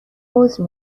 عذر